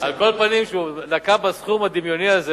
כשהוא נקב בסכום הדמיוני הזה,